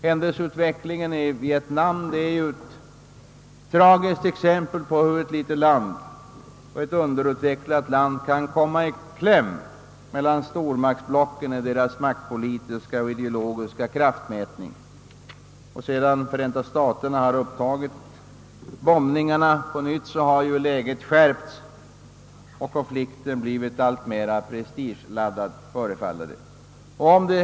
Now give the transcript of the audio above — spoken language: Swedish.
Händelseutvecklingen i Vietnam är ett tragiskt exempel på hur ett litet, underutvecklat land kan komma i kläm mellan stormaktsblocken i deras maktpolitiska och ideologiska kraftmätning. Sedan Förenta staterna återupptagit bombningarna har läget skärpts och konflikten blivit alltmer prestigeladdad, förefaller det.